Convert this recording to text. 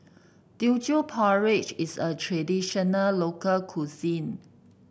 Teochew Porridge is a traditional local cuisine